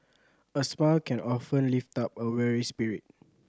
a smile can often lift up a weary spirit